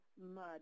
mud